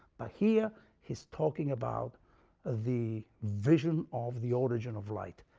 but here he is talking about the vision of the origin of light,